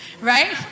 Right